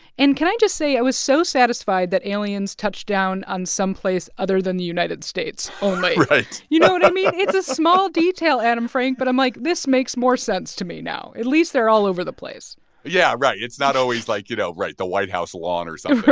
and can i just say i was so satisfied that aliens touched down on some place other than the united states only? right you know what i mean? it's a small detail, adam frank. but i'm, like, this makes more sense to me now. at least they're all over the place yeah. right. it's not always, like, you know, right, the white house lawn or something. right.